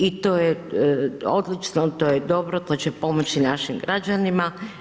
I to je odlično, to je dobro, to će pomoći našim građanima.